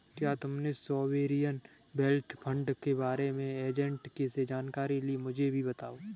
क्या तुमने sovereign wealth fund के बारे में एजेंट से जानकारी ली, मुझे भी बताओ